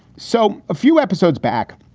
so a few episodes back,